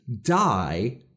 die